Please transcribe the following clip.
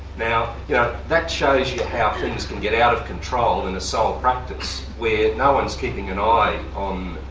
now yeah that shows you how things can get out of control in the sole practice where no-one's keeping an eye on.